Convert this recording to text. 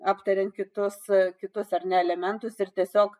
aptariant kitus kitus ar ne elementus ir tiesiog